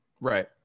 Right